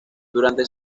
durante